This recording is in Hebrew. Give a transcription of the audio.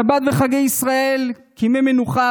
שבת וחגי ישראל כימי מנוחה,